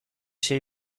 say